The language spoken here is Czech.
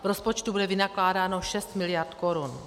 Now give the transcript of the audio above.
V rozpočtu bude vynakládáno 6 miliard korun.